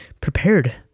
prepared